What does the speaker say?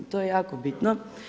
To je jako bitno.